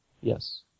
Yes